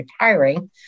retiring